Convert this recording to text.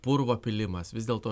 purvo pylimas vis dėlto